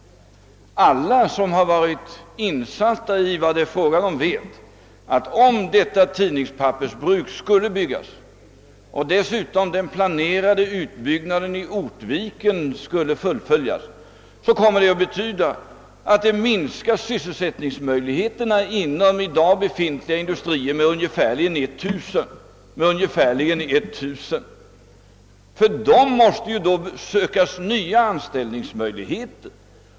Alla som är insatta i dessa frågor vet att om detta tidningspappersbruk skulle byggas och om dessutom den planerade utbyggnaden i Ortviken skulle fullföljas skulle detta komma att betyda att ungefär 1000 arbetare inom befintliga industrier skulle bli utan sysselsättning. För dem måste i så fall sökas nya anställningsmöjligheter.